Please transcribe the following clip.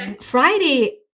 friday